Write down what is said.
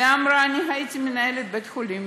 והיא אמרה: אני הייתי מנהלת בית-חולים,